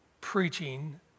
preaching